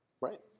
Right